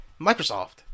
Microsoft